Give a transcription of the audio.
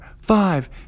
five